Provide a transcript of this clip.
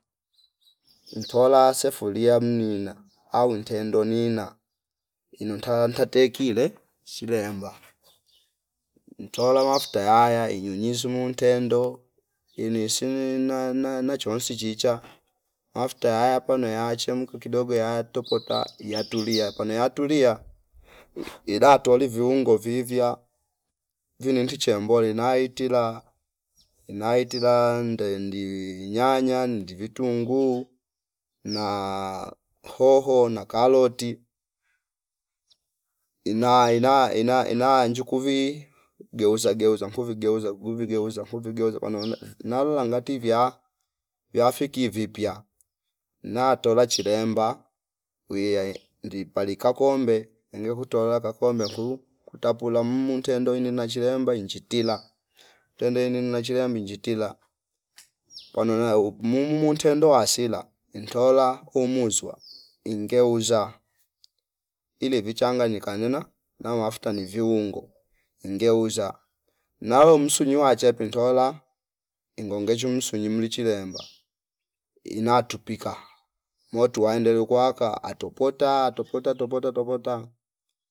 Ntola sefulia mnina au ntendo ino ntawaa ntatekile shile amba ntola mafuta ya- ya inyunyizu muntendo inisinina na- na- nachonsi chicha afta aya pano yachemka kidogo yatopota iyatulia pano yatulia ilatoli viungo vivya vininti chemboni naitila naitila nde ndi nyanya ndi vitungu na hoho na karoti ina- ina- ina- inanjukuvi geuza nkuvi geuza guvi geuza kuvigeuza wanaona vnavo ngati vya vyafiki vipya na tola chilemba wiyae ndipali kakombe ungekutola kakome kuu kutapola mm umntendo ini na chilemba inji tila tende ini nachilambe injitila pano na umumu muntendo wasila ntola umuswa ingeuza ili vichanganyika nina na mafuta ni viungo ngeuza nalo msunywa chepe ntola ingongechi msunywi mlichilemba inatupika motu waendele kuwaka atopota topota topota topota